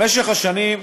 במשך השנים,